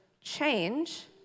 change